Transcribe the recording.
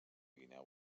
guineu